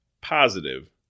positive